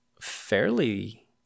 fairly